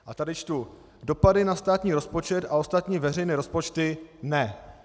A tady čtu: Dopady na státní rozpočet a ostatní veřejné rozpočty ne.